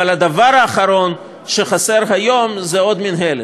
אבל הדבר האחרון שחסר היום זה עוד מינהלת.